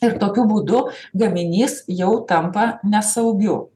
ir tokiu būdu gaminys jau tampa nesaugiu